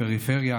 הפריפריה,